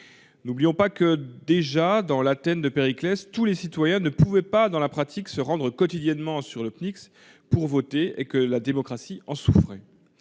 N'oublions pas que, déjà dans l'Athènes de Périclès, tous les citoyens ne pouvaient en pratique se rendre quotidiennement sur la Pnyx pour voter ; la démocratie en souffrait.